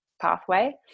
pathway